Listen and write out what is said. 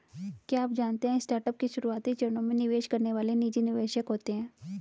क्या आप जानते है स्टार्टअप के शुरुआती चरणों में निवेश करने वाले निजी निवेशक होते है?